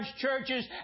churches